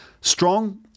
strong